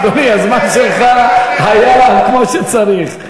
אדוני, הזמן שלך היה כמו שצריך.